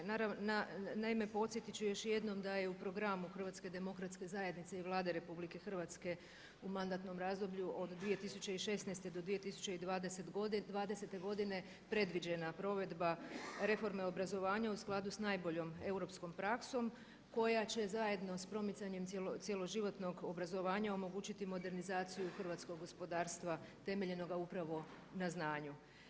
Naime podsjetiti ću još jednom da je u programu HDZ-a i Vlade RH u mandatnom razdoblju od 2016. do 2020. godine predviđena provedba reforme obrazovanja u skladu sa najboljom europskom praksom koja će zajedno sa promicanjem cjeloživotnog obrazovanja omogućiti modernizaciju hrvatskog gospodarstva temeljenoga upravo na znanju.